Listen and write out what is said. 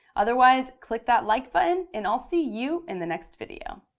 otherwise, click that like button, and i'll see you in the next video.